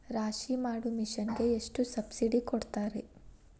ರಾಶಿ ಮಾಡು ಮಿಷನ್ ಗೆ ಎಷ್ಟು ಸಬ್ಸಿಡಿ ಕೊಡ್ತಾರೆ?